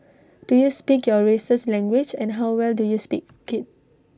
do you speak your race's language and how well do you speak IT